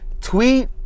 tweet